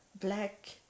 black